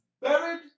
buried